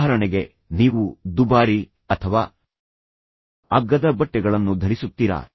ಉದಾಹರಣೆಗೆ ನೀವು ದುಬಾರಿ ಅಥವಾ ಅಗ್ಗದ ಬಟ್ಟೆಗಳನ್ನು ಧರಿಸುತ್ತೀರಾ